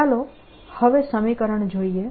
ચાલો હવે સમીકરણ જોઈએ